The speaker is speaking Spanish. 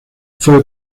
fue